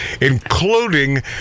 including